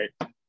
right